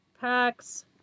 packs